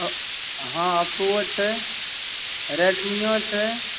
हँ ओप्पोओ छै रेडमिओ छै